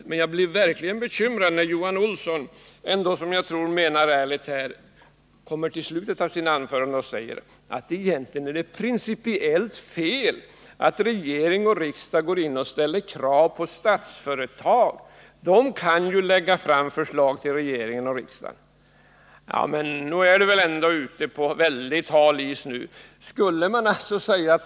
3 Jag blev verkligen bekymrad när Johan Olsson, som jag ändå tror menar ärligt, i slutet av sitt anförande sade att egentligen är det principiellt fel att regering och riksdag ställer krav på Statsföretag — Statsföretag kan ju lägga fram förslag till regering och riksdag! Nu är väl Johan Olsson ute på väldigt hal is.